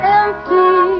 empty